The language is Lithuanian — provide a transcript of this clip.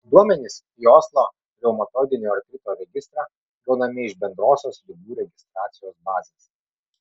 duomenys į oslo reumatoidinio artrito registrą gaunami iš bendrosios ligų registracijos bazės